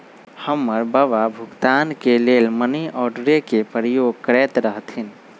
हमर बबा भुगतान के लेल मनीआर्डरे के प्रयोग करैत रहथिन